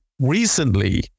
recently